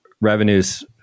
revenues